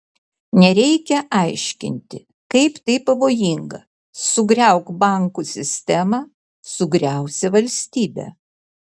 nereikia aiškinti kaip tai pavojinga sugriauk bankų sistemą sugriausi valstybę